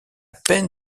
peine